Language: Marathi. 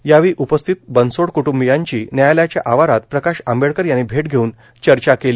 यावेळी उपस्थित बनसोड कुटुंबियांची न्यायालयाच्या आवारात प्रकाश आंबेडकर यांनी भेट घेऊन चर्च केली